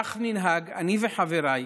כך ננהג אני וחבריי,